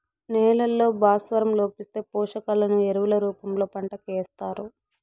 నేలల్లో భాస్వరం లోపిస్తే, పోషకాలను ఎరువుల రూపంలో పంటకు ఏస్తారు